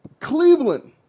Cleveland